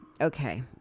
Okay